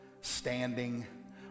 standing